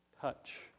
touch